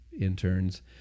interns